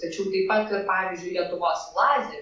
tačiau taip pat ir pavyzdžiui lietuvos lazerių